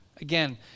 Again